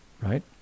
Right